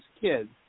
kids